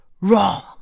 wrong